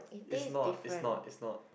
it's not it's not it's not